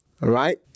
Right